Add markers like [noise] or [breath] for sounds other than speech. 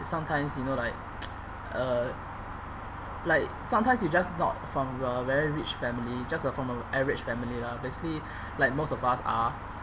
sometimes you know like [noise] err like sometimes you just not from a very rich family just a from a average family lah basically [breath] like most of us are